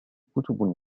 كتب